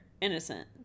innocent